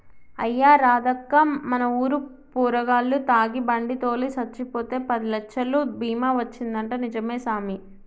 అయ్యా రాదక్కా మన ఊరు పోరగాల్లు తాగి బండి తోలి సచ్చిపోతే పదిలచ్చలు బీమా వచ్చిందంటా నిజమే సామి